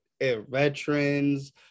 veterans